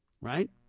right